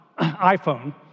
iPhone